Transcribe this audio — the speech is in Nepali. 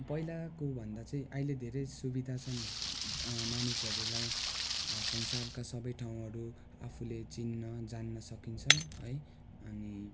पहिलाको भन्दा चाहिँ अहिले धेरै सुविधा छन् मानिसहरूलाई संसारका सबै ठाउँहरू आफूले चिन्न जान्न सकिन्छ है अनि